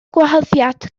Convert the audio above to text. gwahoddiad